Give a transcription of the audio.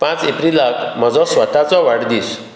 पांच एप्रीलाक म्हजो स्वताचो वाडदीस